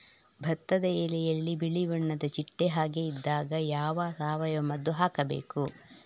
ಭತ್ತದ ಎಲೆಯಲ್ಲಿ ಬಿಳಿ ಬಣ್ಣದ ಚಿಟ್ಟೆ ಹಾಗೆ ಇದ್ದಾಗ ಯಾವ ಸಾವಯವ ಮದ್ದು ಹಾಕಬೇಕು?